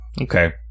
okay